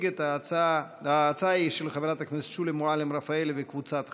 ההצעה היא של חברת הכנסת שולי מועלם-רפאלי וקבוצת ח"כים.